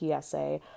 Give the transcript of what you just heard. PSA